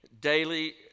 daily